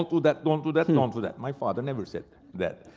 do that, don't do that, and don't do that. my father never said that.